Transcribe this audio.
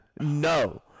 No